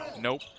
Nope